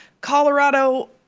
Colorado